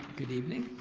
good evening.